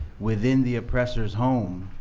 within the oppressors home,